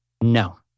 No